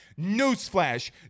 Newsflash